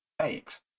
eight